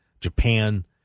japan